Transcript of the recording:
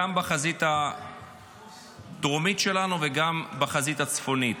גם בחזית הדרומית שלנו וגם בחזית הצפונית.